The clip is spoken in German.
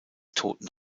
toten